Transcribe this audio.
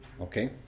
Okay